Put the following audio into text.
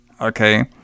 Okay